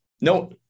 no